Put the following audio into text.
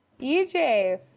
EJ